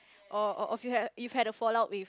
or or you've you've had a fall out with